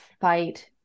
fight